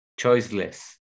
choiceless